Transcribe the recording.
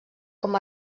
com